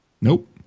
Nope